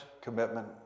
commitment